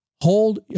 Hold